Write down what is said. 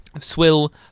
Swill